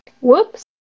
Whoops